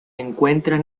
encuentran